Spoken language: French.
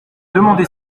demander